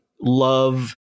love